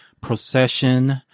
procession